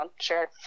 sure